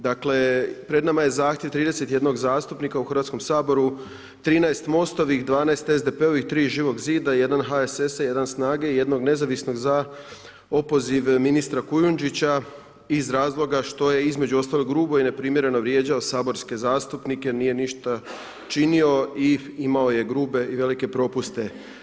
Dakle, pred nama je zahtjev 31 zastupnika u HS, 13 Most-ovih, 12 SDP-ovih,3 Živog zida, 1 HSS-a, 1 SNAGA-e, 1 Nezavisnog za opoziv ministra Kujundžića iz razloga što je, između ostalog, grubo i neprimjereno vrijeđao saborske zastupnike, nije ništa činio i imao je grube i velike propuste.